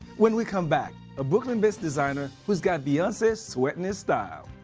when we come back a brooklyn-based designer who's got beyonce sweating his style.